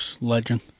legend